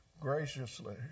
Graciously